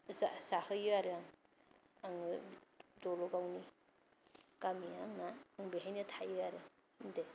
जाहोयो आरो आं आङो दल'गावनि गामिया आंना बेहायनो थायो आरो